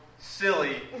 Silly